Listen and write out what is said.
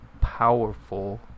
powerful